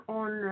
on